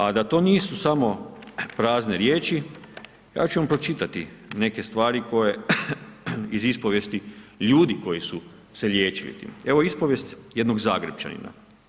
A da to nisu samo prazne riječi, ja ću vam pročitati neke stvari koje iz ispovijesti ljudi koji su se liječili, evo ispovijest, jednog Zagrepčanina.